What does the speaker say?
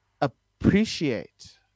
appreciate